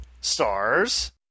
Stars